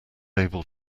able